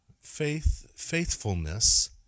faithfulness